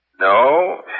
No